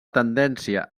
tendència